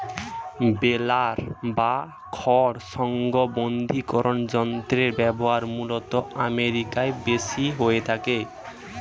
বেলার বা খড় সংঘবদ্ধীকরন যন্ত্রের ব্যবহার মূলতঃ আমেরিকায় বেশি হয়ে থাকে